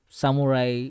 samurai